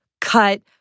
Cut